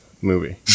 movie